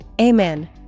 amen